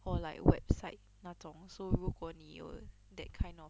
or like website 那种 so 如果你有 that kind of